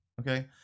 Okay